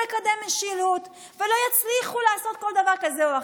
לקדם משילות ולא יצליחו כל כך לעשות דבר כזה או אחר,